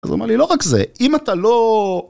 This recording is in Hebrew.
אז הוא אמר לי לא רק זה, אם אתה לא...